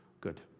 Good